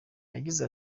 yagize